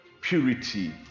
purity